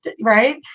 right